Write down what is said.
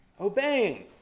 Obeying